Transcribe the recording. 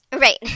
Right